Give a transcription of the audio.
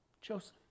Joseph